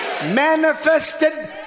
manifested